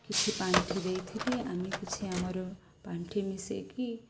କିଛି ପାଣ୍ଠି ଦେଇଥିଲେ ଆମେ କିଛି ଆମର ପାଣ୍ଠି ମିଶାଇକି